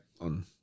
on